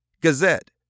Gazette